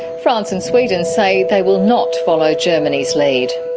france and sweden say they will not follow germany's lead.